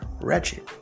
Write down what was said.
wretched